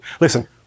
listen